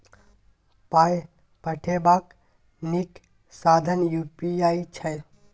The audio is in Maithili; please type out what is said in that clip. पाय पठेबाक नीक साधन यू.पी.आई छै